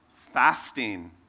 Fasting